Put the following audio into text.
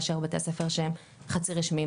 מאשר בתי הספר שהם חצי רשמיים,